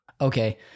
okay